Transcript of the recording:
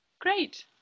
Great